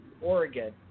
Oregon